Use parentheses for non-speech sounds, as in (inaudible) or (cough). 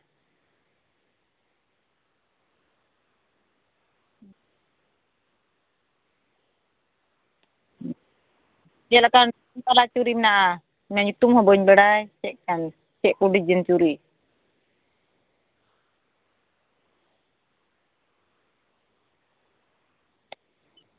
ᱪᱮᱫ ᱞᱮᱠᱟᱱ (unintelligible) ᱪᱩᱲᱤ ᱢᱮᱱᱟᱜᱼᱟ ᱤᱧ ᱢᱟ ᱧᱩᱛᱩᱢ ᱦᱚᱸ ᱵᱟᱹᱧ ᱵᱟᱲᱟᱭ ᱪᱮᱫ ᱠᱟᱱ ᱪᱮᱫ ᱠᱚ ᱰᱤᱡᱟᱭᱤᱱ ᱪᱩᱲᱤ